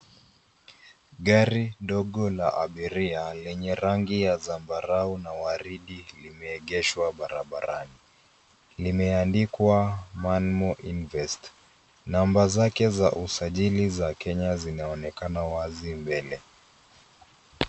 Gari dogo la abiria lenye rangi ya waridi na zambarau limeegeshwa barabarani. Limeandikwa manmo invest. Namba zake za usajili za Kenya zinaonekana mbele.